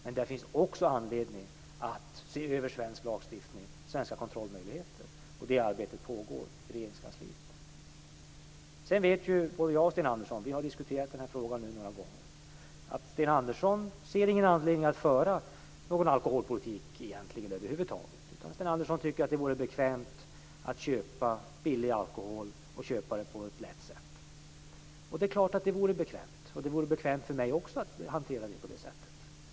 Men det finns också anledning att se över svensk lagstiftning och svenska kontrollmöjligheter, och det arbetet pågår i Regeringskansliet. Sedan vet både Sten Andersson och jag - vi har diskuterat denna fråga några gånger - att Sten Andersson egentligen inte ser någon anledning att föra en alkoholpolitik över huvud taget. Sten Andersson tycker att det vore bekvämt att kunna köpa billig alkohol på ett enkelt sätt. Det är klart att det vore bekvämt. Det vore bekvämt även för mig.